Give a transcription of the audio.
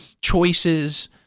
choices